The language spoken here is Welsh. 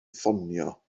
ffonio